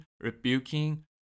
rebuking